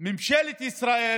ממשלת ישראל